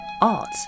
Art